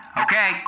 Okay